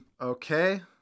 Okay